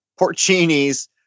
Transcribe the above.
porcinis